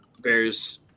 Bears